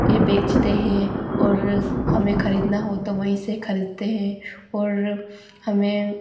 ये बेचते हैं और हमें खरीदना हो तो वहीं से खरीदते हैं और हमें